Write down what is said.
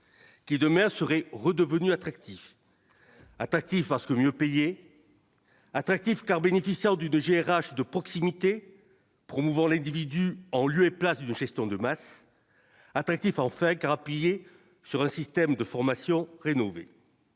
qui demain serait redevenu attractif, attractif parce que mieux payés attractif car bénéficiaire du de GRH de proximité, promouvoir l'individu en lieu et place de Christian de masse attractif en fait grappiller sur un système de formation rénovée